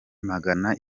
bamagana